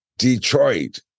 Detroit